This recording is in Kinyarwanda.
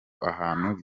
abantu